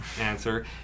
answer